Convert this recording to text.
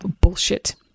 Bullshit